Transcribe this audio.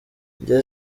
njye